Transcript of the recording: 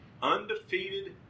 undefeated